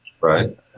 Right